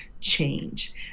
change